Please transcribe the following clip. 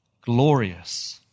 glorious